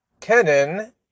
Kenan